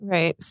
Right